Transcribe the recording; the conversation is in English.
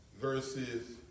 verses